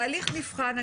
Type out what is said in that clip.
תהליך נבחן,